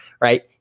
right